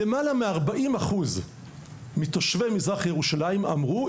למעלה מ-40% מתושבי מזרח ירושלים אמרו,